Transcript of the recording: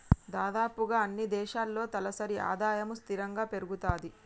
దాదాపుగా అన్నీ దేశాల్లో తలసరి ఆదాయము స్థిరంగా పెరుగుతది